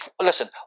Listen